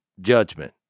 judgment